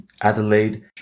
Adelaide